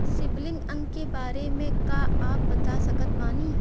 CIBIL अंक के बारे मे का आप बता सकत बानी?